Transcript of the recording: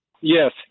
Yes